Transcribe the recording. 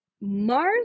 Mars